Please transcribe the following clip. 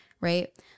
right